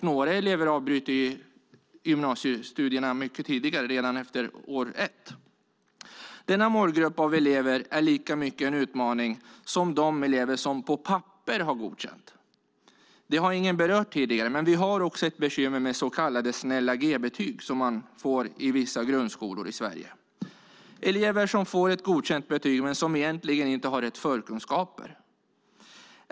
Några elever avbryter gymnasiestudierna mycket tidigare, redan efter år ett. Denna målgrupp elever är en lika stor utmaning som de elever som har godkänt på papper. Det har ingen berört tidigare, men vi har också ett bekymmer med så kallade snälla-G-betyg som man får i vissa grundskolor i Sverige. Det handlar om elever som får ett godkänt betyg men som egentligen inte har rätt förkunskaper.